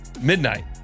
midnight